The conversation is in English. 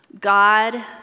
God